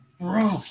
Bro